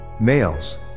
Males